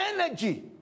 energy